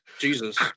Jesus